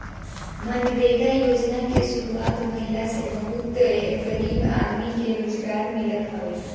मनरेगा योजना के शुरुआत भईला से बहुते गरीब आदमी के रोजगार मिलल हवे